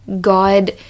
God